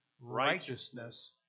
righteousness